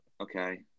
okay